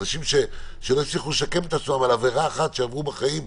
אנשים שלא הצליחו לשקם את עצמם על עבירה אחת שעברו בחיים,